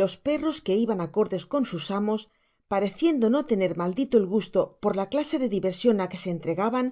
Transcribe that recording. los perros que iban acordes con sus amos pareciendo no tener maldito el gusto por la clase de diversion á que se entregaban